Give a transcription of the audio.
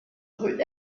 rue